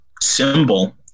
symbol